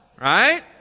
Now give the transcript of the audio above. Right